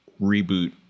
reboot